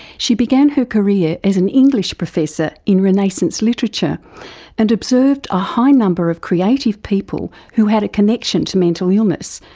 she began her career as an english professor in renaissance literature and observed a high number of creative people who had a connection to mental illness,